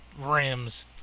rims